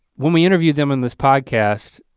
when we interviewed them in this podcast,